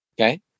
Okay